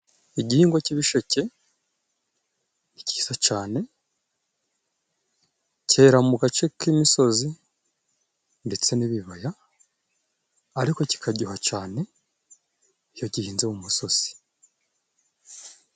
Igihingwa cy'ibisheke ni cyiza cyane. Cyera mu gace k'imisozi ndetse n'ibibaya. Ariko kikaryoha cyane iyo gihinze mu misozi.